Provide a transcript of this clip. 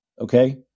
okay